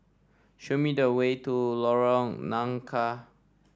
show me the way to Lorong Nangka